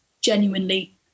genuinely